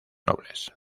nobles